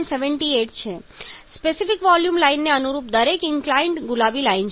78 છે specific volume લાઈનને અનુરૂપ દરેક ઇન્ક્લાઇડ ગુલાબી લાઈન છે